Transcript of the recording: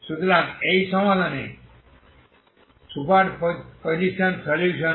সুতরাং এই সমাধানে সুপার পজিশন সলিউশন